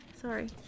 Sorry